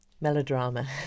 melodrama